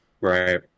right